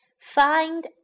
Find